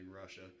Russia